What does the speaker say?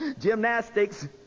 gymnastics